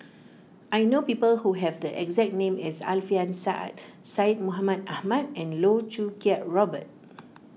I know people who have the exact name as Alfian Sa'At Syed Mohamed Ahmed and Loh Choo Kiat Robert